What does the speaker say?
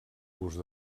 gust